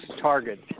target